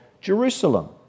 Jerusalem